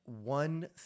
one